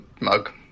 mug